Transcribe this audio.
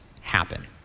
happen